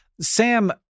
Sam